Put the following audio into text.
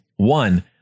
One